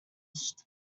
squished